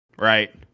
right